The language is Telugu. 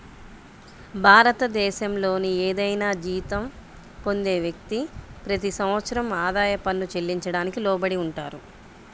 భారతదేశంలోని ఏదైనా జీతం పొందే వ్యక్తి, ప్రతి సంవత్సరం ఆదాయ పన్ను చెల్లించడానికి లోబడి ఉంటారు